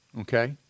Okay